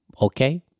okay